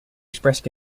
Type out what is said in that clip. expressed